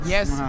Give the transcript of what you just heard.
Yes